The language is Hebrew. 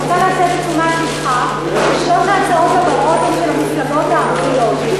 אני רוצה להסב את תשומת לבך ששלוש ההצעות הבאות הן של המפלגות הערביות.